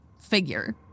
figure